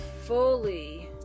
fully